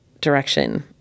direction